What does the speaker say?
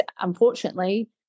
unfortunately